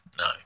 no